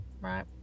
Right